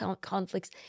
conflicts